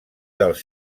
dels